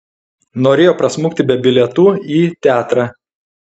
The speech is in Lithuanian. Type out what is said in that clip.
norėjo prasmukti be bilietų į teatrą